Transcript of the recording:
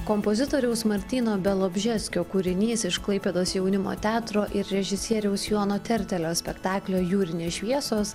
kompozitoriaus martyno bialobžeskio kūrinys iš klaipėdos jaunimo teatro ir režisieriaus jono tertelio spektaklio jūrinės šviesos